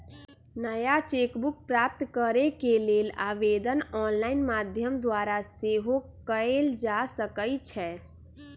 नया cheque book प्राप्त करेके लेल आवेदन ऑनलाइन माध्यम द्वारा सेहो कएल जा सकइ छै